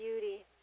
beauty